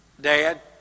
dad